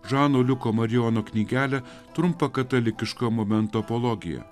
žano liuko marijono knygelę trumpa katalikiška momento apologija